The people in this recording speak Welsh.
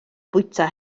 bwyta